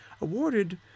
awarded